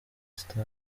stade